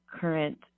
current